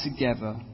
together